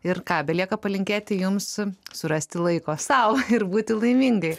ir ką belieka palinkėti jums surasti laiko sau ir būti laimingai